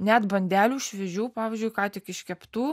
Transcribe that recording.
net bandelių šviežių pavyzdžiui ką tik iškeptų